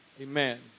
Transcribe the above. Amen